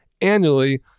annually